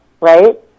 Right